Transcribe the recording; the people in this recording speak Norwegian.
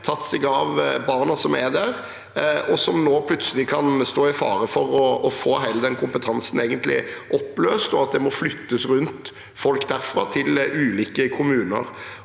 tatt seg av barna som er der, og som nå plutselig kan stå i fare for å få hele den kompetansen oppløst ved at det må flyttes folk derfra til ulike kommuner.